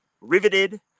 Riveted